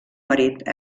marit